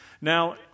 Now